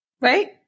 right